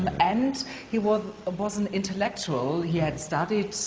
and he was ah was an intellectual he had studied